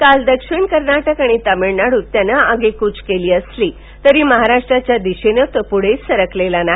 काल दक्षिण कर्नाटक आणि तामिळनाडूत त्याने आगेकूच केली असली तरी महाराष्ट्राच्या दिशेनं तो पुढे सरकलेला नाही